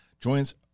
joins